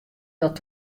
dat